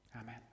Amen